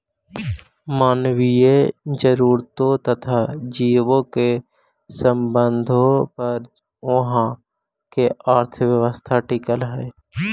मानवीय जरूरतों तथा जीवों के संबंधों पर उहाँ के अर्थव्यवस्था टिकल हई